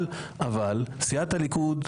סיעת הליכוד,